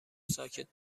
ساکت